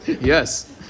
yes